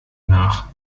nach